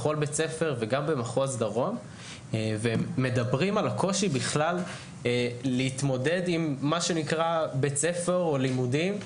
בכל בית ספר מדברים על הקושי בכלל להתמודד עם בית ספר או לימודים,